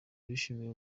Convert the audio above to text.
bishimiye